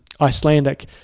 Icelandic